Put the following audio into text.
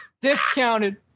Discounted